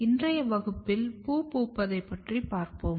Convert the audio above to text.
இன்றைய வகுப்பில் பூ பூப்பதைப் பற்றி பார்ப்போம்